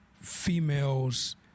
females